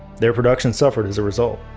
their production suffered as a result.